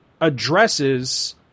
addresses